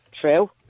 true